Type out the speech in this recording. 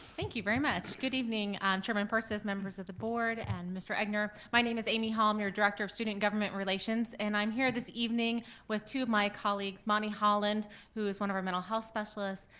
thank you very much. good evening chairman persis, members of the board, and mr. egnor. my name is amy hall, i'm your director of student government relations, and i'm here this evening with two of my colleagues, monie holland who is one of our mental health specialists,